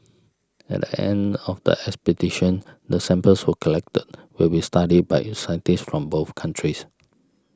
at the end of the expedition the samples who collected will be studied by scientists from both countries